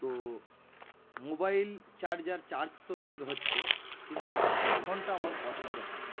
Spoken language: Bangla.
তো মোবাইল চার্জার চার্জ তো ঠিক হচ্ছে কিন্তু হেডফোনটা আমার পছন্দ হয়নি